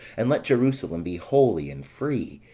and let jerusalem be holy and free,